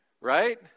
Right